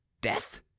death